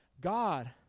God